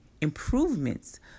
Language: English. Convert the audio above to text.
improvements